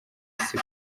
isi